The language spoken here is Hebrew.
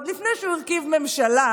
עוד לפני שהוא הרכיב ממשלה,